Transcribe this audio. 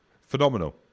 Phenomenal